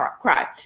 Cry